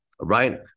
right